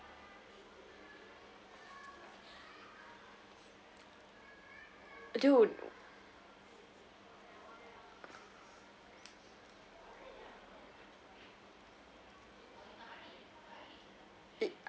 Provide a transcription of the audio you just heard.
dude it